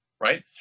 right